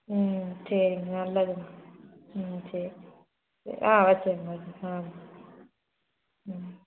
ம் சரிங்க நல்லதுங்க ம் சேரி ஆ வச்சிடுங்க வச்சிடுங்க ஆ ம்